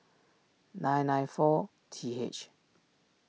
nine nine four T H